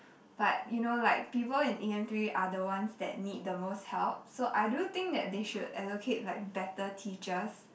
but you know like people in e_m three are the ones that need the most help so I do think that they should allocate like better teachers